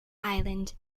island